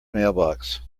mailbox